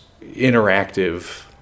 interactive